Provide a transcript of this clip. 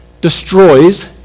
destroys